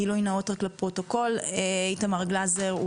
גילוי נאות לפרוטוקול: איתמר גלזר הוא